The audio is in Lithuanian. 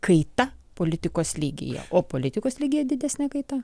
kaita politikos lygyje o politikos lygyje didesnė kaita